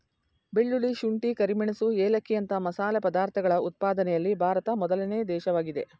ಬೆಳ್ಳುಳ್ಳಿ, ಶುಂಠಿ, ಕರಿಮೆಣಸು ಏಲಕ್ಕಿಯಂತ ಮಸಾಲೆ ಪದಾರ್ಥಗಳ ಉತ್ಪಾದನೆಯಲ್ಲಿ ಭಾರತ ಮೊದಲನೇ ದೇಶವಾಗಿದೆ